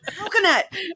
Coconut